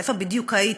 איפה בדיוק היית?